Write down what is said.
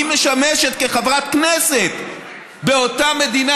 והיא משמשת כחברת כנסת באותה מדינה,